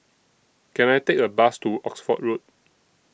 Can I Take A Bus to Oxford Road